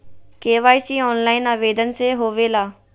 KYC online आवेदन से होवे ला?